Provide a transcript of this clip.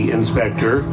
inspector